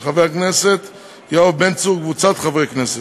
של חבר הכנסת יואב בן צור וקבוצת חברי הכנסת,